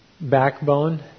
backbone